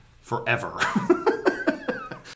forever